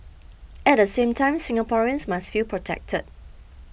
at the same time Singaporeans must feel protected